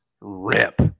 rip